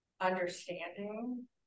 understanding